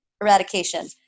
eradication